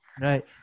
Right